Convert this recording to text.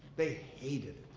they hated